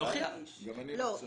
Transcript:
לא.